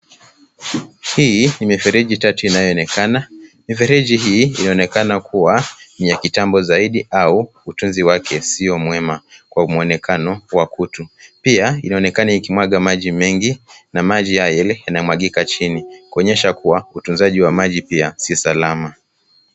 Hii ni mifereji tatu inayo onekana, mifereji hii inaonekana ni ya kitambo au utunzi wake sio mwema kwa muonekano wa kutu pia inaonekana iki mwanga maji mengi na maji yale yanamwagika chini kuonyesha kuwa utunzaji wa maji pia si salama.